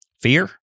Fear